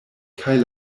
kaj